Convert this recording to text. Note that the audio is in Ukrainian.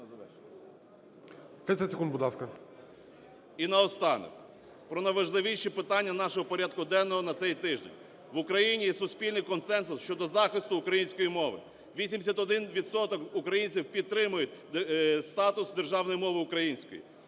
І наостанок про найважливіші питання нашого порядку денного на цей тиждень. В Україні є суспільний консенсус щодо захисту української мови, 81 відсоток українців підтримують статус державної мови української.